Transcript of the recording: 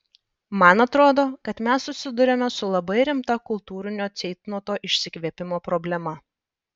man atrodo kad mes susiduriame su labai rimta kultūrinio ceitnoto išsikvėpimo problema